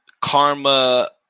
karma